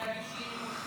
או להגיש אי-אמון.